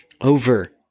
over